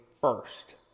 first